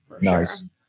Nice